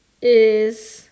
is